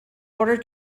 order